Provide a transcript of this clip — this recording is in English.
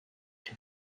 too